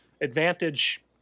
advantage